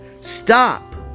Stop